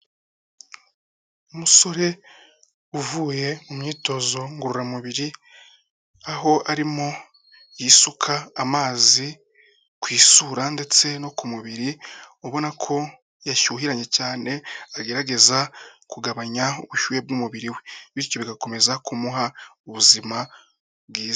Umusore uvuye mu myitozo ngororamubiri, aho arimo yisuka amazi ku isura ndetse no ku mubiri, ubona ko yashyuhiranye cyane, agerageza kugabanya ubushyuhe bw'umubiri we, bityo bigakomeza kumuha ubuzima bwiza.